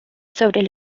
sobre